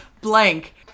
blank